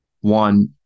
one